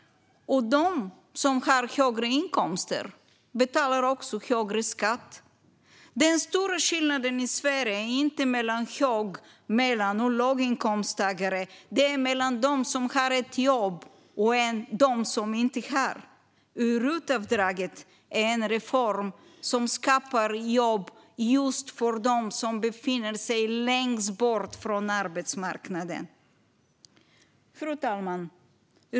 Och de som har högre inkomster betalar också högre skatt. Den stora skillnaden i Sverige är inte mellan hög-, medel och låginkomsttagare utan mellan dem som har ett jobb och dem som inte har det. RUT-avdraget är en reform som skapar jobb just för dem som befinner sig längst bort från arbetsmarknaden. Fru talman!